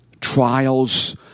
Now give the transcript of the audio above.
Trials